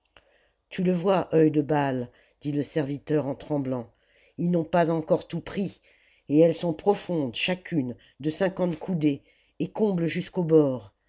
tu le vois œil de baal dit le serviteur en tremblant ils n'ont pas encore tout pris et elles sont profondes chacune de cinquante coudées et combles jusqu'au bord